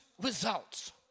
results